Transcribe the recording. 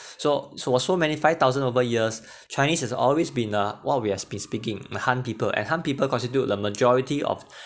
so so what so many five thousand over years chinese has always been uh what we have been speaking the han people and han people constitute the majority of